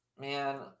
Man